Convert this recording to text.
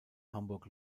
hamburg